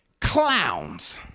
clowns